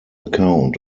account